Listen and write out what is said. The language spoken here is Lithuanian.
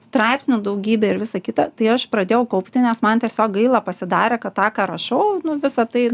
straipsnių daugybė ir visa kita tai aš pradėjau kaupti nes man tiesiog gaila pasidarė kad tą ką rašau visa tai